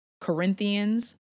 Corinthians